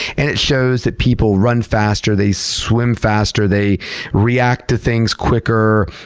and it shows that people run faster, they swim faster, they react to things quicker,